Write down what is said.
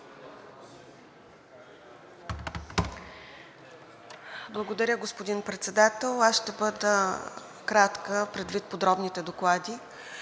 Благодаря, господин Председател! Аз ще бъда кратка, предвид подробните доклади.